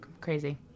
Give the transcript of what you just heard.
crazy